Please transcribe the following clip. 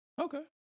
Okay